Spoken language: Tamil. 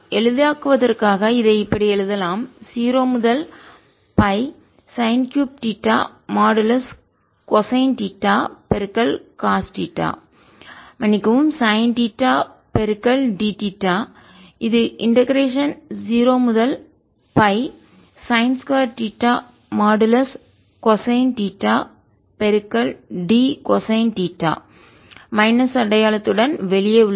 எளிதாக்குவதற்காக இதை இப்படி எழுதலாம் 0 முதல் பை வரை sine 3 theta modulus cosine theta cos theta மன்னிக்கவும் சைன் தீட்டா dθ இது இண்டெகரேஷன் 0 முதல் பை சைன் 2தீட்டா மாடுலஸ் கொசைன் தீட்டா d கொசைனின் தீட்டா மைனஸ் அடையாளத்துடன் வெளியே உள்ளது